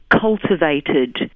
cultivated